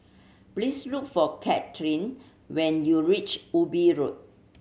please look for Katelynn when you reach Ubi Road